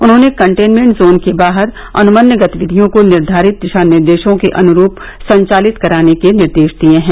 उन्होंने containment zone के बाहर अनुमन्य गतिविधियों को निर्धारित दिशानिर्देशों के अनुरूप संचालित कराने के निर्देश दिए हैं